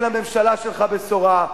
אין לממשלה שלך בשורה,